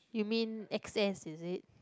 you mean x_s is it